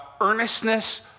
earnestness